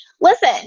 Listen